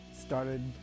started